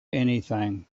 anything